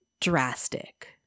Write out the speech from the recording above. drastic